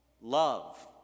Love